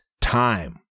time